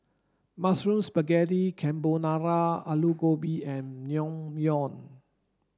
Mushroom Spaghetti Carbonara Alu Gobi and Naengmyeon